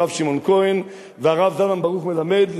הרב שמעון כהן והרב זלמן ברוך מלמד,